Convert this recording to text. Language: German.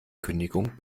kündigung